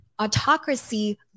Autocracy